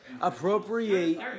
Appropriate